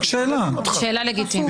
שאלה לגיטימית.